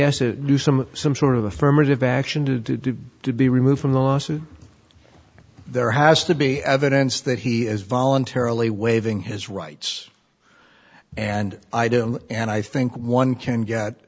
has to do some some sort of affirmative action to be removed from the lawsuit there has to be evidence that he is voluntarily waiving his rights and i do and i think one can get